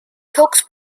talks